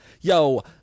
Yo